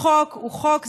חוק הוא חוק,